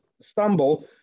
stumble